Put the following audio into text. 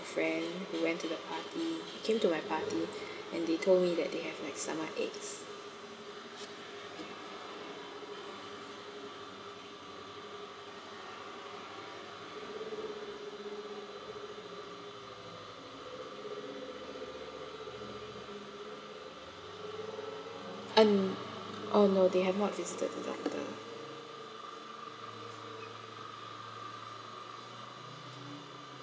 friend who went to the party came to my party and they told me that they have like stomachaches um oh no they have not visited the doctor